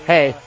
Hey